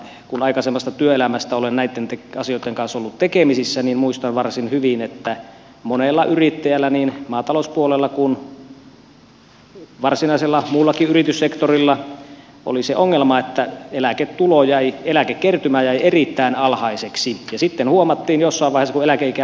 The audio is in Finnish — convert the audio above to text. kun aikaisemmassa työelämässä olen näitten asioitten kanssa ollut tekemisissä muistan varsin hyvin että monella yrittäjällä niin maatalouspuolella kuin varsinaisella muullakin yrityssektorilla oli se ongelma että eläkekertymä jäi erittäin alhaiseksi ja se sitten huomattiin jossain vaiheessa kun eläkeikä lähestyi